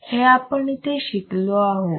हे आपण इथे शिकलो आहोत